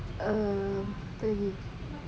uh pergi